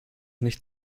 nicht